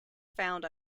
found